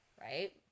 Right